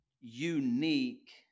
unique